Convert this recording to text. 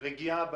רגיעה באזור.